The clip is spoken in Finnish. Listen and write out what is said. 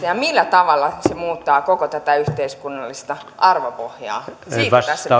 ja millä tavalla se muuttaa koko tätä yhteiskunnallista arvopohjaa siitä tässä